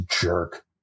jerk